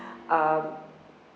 uh